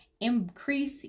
Increase